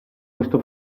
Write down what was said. questo